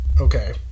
okay